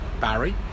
Barry